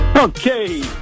Okay